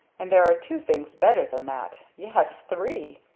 and there are two things better than that yes, three.